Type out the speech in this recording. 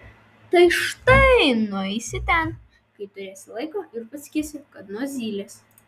tai štai nueisi ten kai turėsi laiko ir pasakysi kad nuo zylės